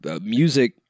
music